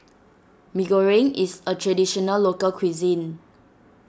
Mee Goreng is a Traditional Local Cuisine